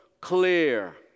clear